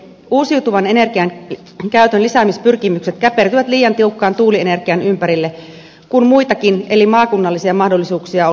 uusiutuvan energian käytön lisäämispyrkimykset käpertyvät liian tiukkaan tuulienergian ympärille kun muitakin eli maakunnallisia mahdollisuuksia olisi